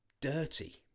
dirty